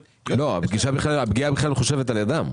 הפגיעה בכלל מחושבת על ידם.